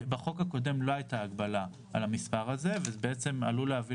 בחוק הקודם לא הייתה הגבלה על המספר הזה וזה עלול להביא